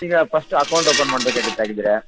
ಈಗ first account open ಮಾಡಬೇಕಾಗುತ್ತೆ ಹಾಗಿದ್ರೆ